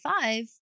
five